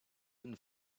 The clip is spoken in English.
and